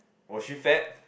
was she fat